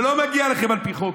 שלא מגיע לכם על פי חוק,